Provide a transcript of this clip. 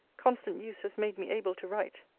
constant use has made me able to write.